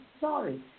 sorry